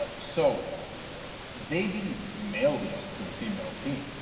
ah so they didn't mail this to the female team.